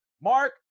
Mark